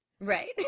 Right